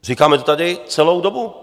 Říkáme to tady celou dobu.